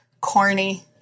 corny